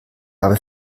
habe